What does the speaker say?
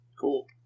Cool